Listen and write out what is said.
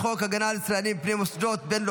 הגנה על חושפי שחיתויות ומתריעים בנסיבות ביטחוניות),